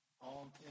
on